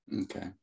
Okay